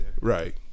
Right